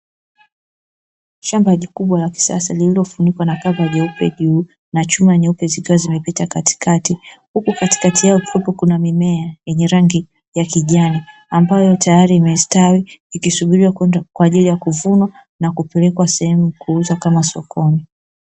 Shamba kubwa la kisasa lililofunikwa na kava jeupe juu na chuma nyeupe zikiwa zimepita katikati. Huku katikati yao kukiwa na mimea yenye rangi ya kijani, ambayo tayari imestawi ikisubiriwa kwa ajili ya kuvunwa na kupelekwa sehemu kuuzwa; kama sokoni.